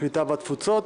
הקליטה והתפוצות.